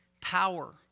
power